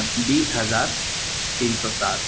بیس ہزار تین سو سات